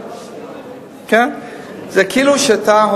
שמע, אדוני.